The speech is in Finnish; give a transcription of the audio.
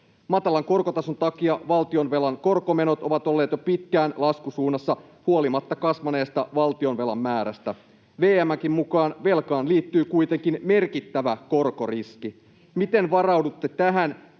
Matalan korkotason takia valtionvelan korkomenot ovat olleet jo pitkään laskusuunnassa huolimatta kasvaneesta valtionvelan määrästä. VM:nkin mukaan velkaan liittyy kuitenkin merkittävä korkoriski. Miten varaudutte tähän,